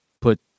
put